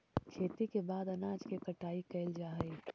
खेती के बाद अनाज के कटाई कैल जा हइ